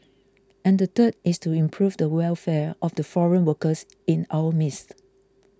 and the third is to improve the welfare of the foreign workers in our midst